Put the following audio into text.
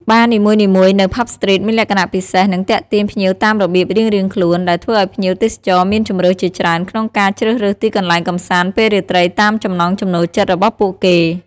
បារនីមួយៗនៅ ផាប់ ស្ទ្រីត មានលក្ខណៈពិសេស និងទាក់ទាញភ្ញៀវតាមរបៀបរៀងៗខ្លួន ដែលធ្វើឲ្យភ្ញៀវទេសចរមានជម្រើសជាច្រើនក្នុងការជ្រើសរើសទីកន្លែងកម្សាន្តពេលរាត្រីតាមចំណង់ចំណូលចិត្តរបស់ពួកគេ។